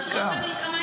מטרות המלחמה הן שלכם.